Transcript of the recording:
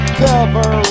cover